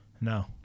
No